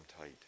tight